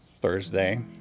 Thursday